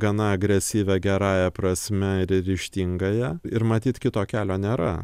gana agresyvią gerąja prasme ir ryžtingąja ir matyt kito kelio nėra